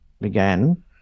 began